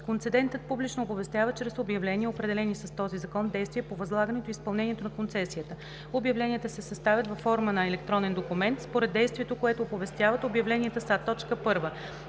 Концедентът публично оповестява чрез обявления определени с този закон действия по възлагането и изпълнението на концесията. Обявленията се съставят във форма на електронен документ. Според действието, което оповестяват, обявленията са